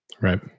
Right